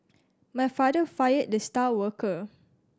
my father fired the star worker